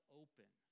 open